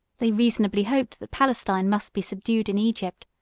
they reasonably hoped that palestine must be subdued in egypt,